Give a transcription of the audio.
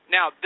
Now